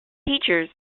teachers